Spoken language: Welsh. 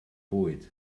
bwyd